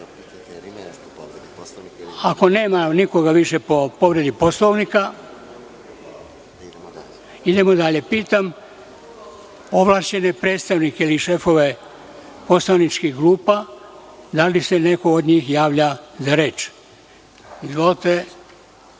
više nikoga po povredi Poslovnika, idemo dalje. Pitam ovlašćene predstavnike ili šefove poslaničkih grupa da li se neko od njih javlja za reč? Reč